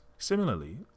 Similarly